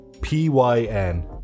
p-y-n